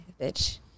bitch